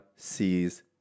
sees